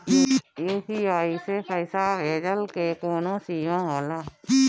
UPI से पईसा भेजल के कौनो सीमा होला?